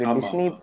Disney